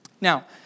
Now